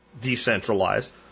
decentralized